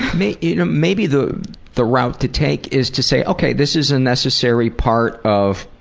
mean you know maybe the the route to take is to say ok, this is a necessary part of